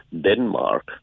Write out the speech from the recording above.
Denmark